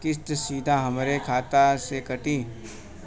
किस्त सीधा हमरे खाता से कटी?